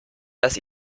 das